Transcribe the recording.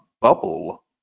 Bubble